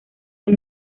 del